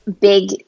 big